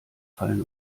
fallen